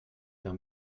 d’un